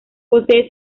posee